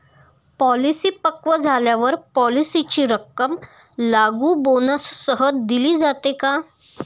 Policy पक्व झाल्यावर पॉलिसीची रक्कम लागू बोनससह दिली जाते का?